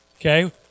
Okay